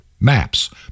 MAPS